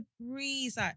breeze